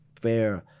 Fair